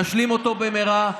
נשלים אותו במהרה.